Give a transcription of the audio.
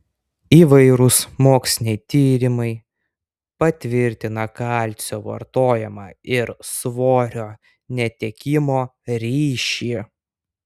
įvairūs moksliniai tyrimai patvirtina kalcio vartojimo ir svorio netekimo ryšį